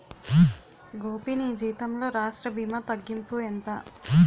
గోపీ నీ జీతంలో రాష్ట్ర భీమా తగ్గింపు ఎంత